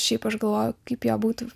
šiaip aš galvojau kaip ją būtų